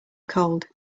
cold